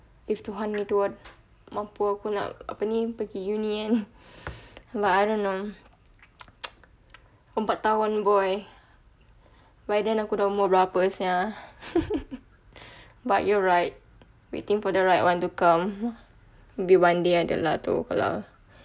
if tuhan apa mampu ni pergi uni kan but I don't know empat tahun boy but then aku dah umur berapa sia but you're right waiting for the right one to come maybe one day